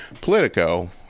Politico